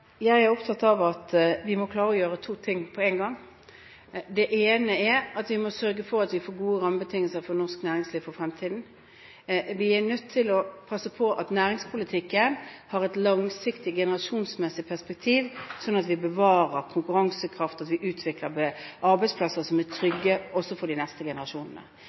Jeg er opptatt av at vi må klare å gjøre to ting på en gang. Det ene er at vi må sørge for at vi får gode rammebetingelser for norsk næringsliv for fremtiden. Vi er nødt til å passe på at næringspolitikken har et langsiktig generasjonsperspektiv, sånn at vi bevarer konkurransekraft, og at vi utvikler arbeidsplasser, som er trygge også for de neste generasjonene.